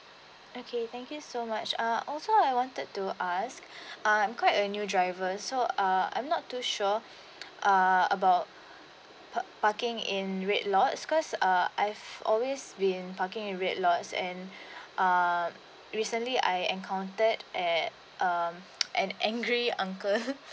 okay thank you so much uh also I wanted to ask I'm quite a new driver so uh I'm not too sure uh about parking in red lots cause uh I've always been parking in red lots and uh recently I encountered at um an angry uncle